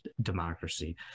democracy